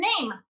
name